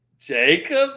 Jacob